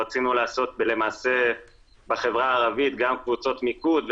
רצינו לעשות למעשה בחברה הערבית גם קבוצות מיקוד,